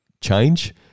change